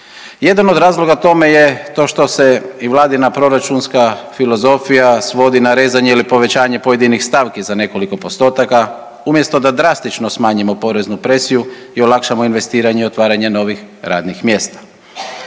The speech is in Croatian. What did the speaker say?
Jedan od razloga tome je to što se i vladina proračunska filozofija svodi na rezanje ili povećanje pojedinih stavki za nekoliko postotaka umjesto da drastično smanjimo poreznu presiju i olakšamo investiranje i otvaranje novih radnih mjesta.